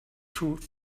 truth